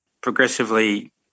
progressively